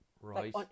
right